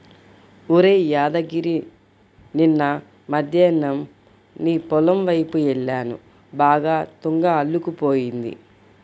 ఒరేయ్ యాదగిరి నిన్న మద్దేన్నం నీ పొలం వైపు యెల్లాను బాగా తుంగ అల్లుకుపోయింది